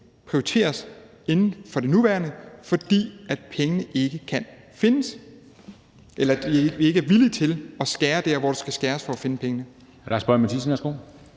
prioriteres for nuværende, fordi pengene ikke kan findes, eller fordi vi ikke er villige til at skære der, hvor der skal skæres, for at finde pengene.